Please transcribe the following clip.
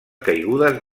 caigudes